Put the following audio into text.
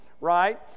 right